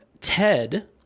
ted